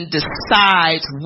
decides